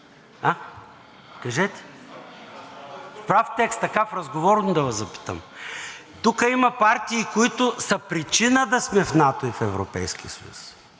А кажете? В прав текст, така разговорно да Ви запитам. Тука има партии, които са причина да сме в НАТО и в Европейския съюз.